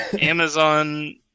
Amazon